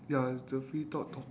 ya it's the free talk though